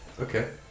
okay